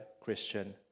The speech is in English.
Christian